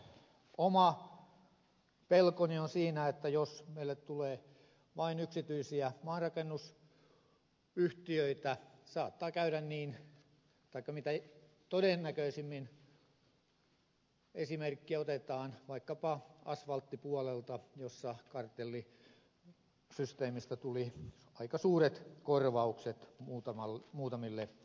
oma pelkoni on siinä että jos meille tulee vain yksityisiä maanrakennusyhtiöitä saattaa käydä taikka mitä todennäköisimmin käy niin kuin esimerkiksi vaikkapa asfalttipuolella jossa kartellisysteemistä tuli aika suuret korvaukset muutamille yhtiöille